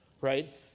right